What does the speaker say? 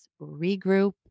regroup